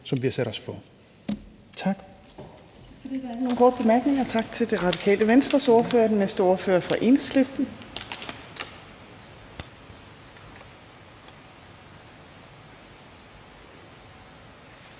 som vi har sat os for. Tak.